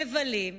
מבלים,